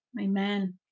Amen